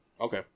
Okay